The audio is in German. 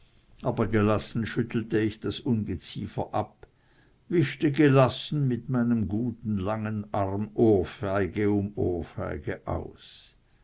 aber gelassen schüttelte ich das ungeziefer ab wischte gelassen mit meinem guten langen arm ohrfeige um ohrfeige aus